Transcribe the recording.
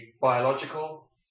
biological